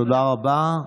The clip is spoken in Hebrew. תודה רבה.